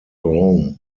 rome